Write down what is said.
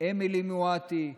אמילי מואטי,